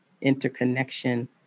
interconnection